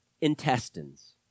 intestines